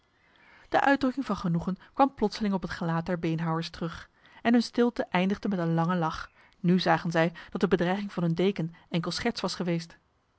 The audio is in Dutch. de uitdrukking van genoegen kwam plotseling op het gelaat der beenhouwers terug en hun stilte eindigde met een lange lach nu zagen zij dat de bedreiging van hun deken enkel scherts was geweest